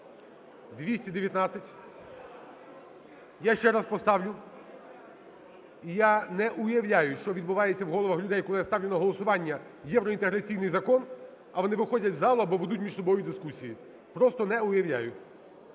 За-219 Я ще раз поставлю. І я не уявляю, що відбувається в головах людей, коли я ставлю на голосування євроінтеграційний закон. А вони виходять з залу або ведуть між собою дискусії, просто не уявляю.